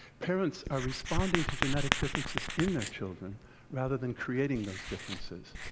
parents are responding to genetic differences in their children rather than creating those differences.